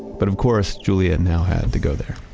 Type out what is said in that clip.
but, of course, julia now had to go there.